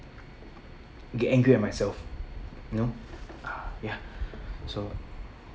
get angry at myself you know uh ya so